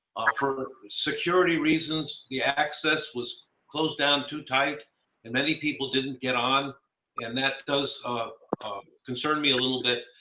for security reasons, the access was closed down too tight and many people didn't get on and that does concern me a little bit,